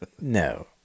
no